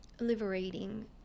liberating